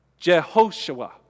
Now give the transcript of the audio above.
Jehoshua